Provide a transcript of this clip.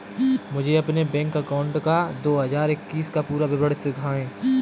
मुझे अपने bank account का दो हज़ार इक्कीस का पूरा विवरण दिखाएँ?